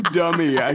dummy